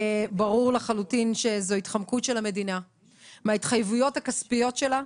ברור לחלוטין שזו התחמקות של המדינה מההתחייבויות הכספיות שלה,